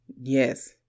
Yes